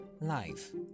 life